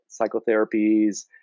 psychotherapies